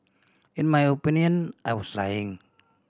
in my opinion I was lying